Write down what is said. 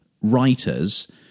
writers